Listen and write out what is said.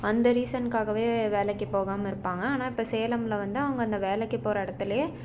அந்த ரீசன்காகவே வேலைக்கு போகாமல் இருப்பாங்க ஆனால் இப்போ சேலம்ல வந்து அவங்க அந்த வேலைக்கு போகிற இடத்துலயே